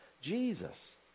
Jesus